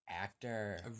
Actor